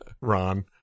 ron